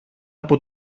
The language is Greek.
από